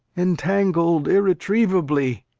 entangled irretrievably.